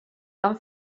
han